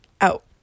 out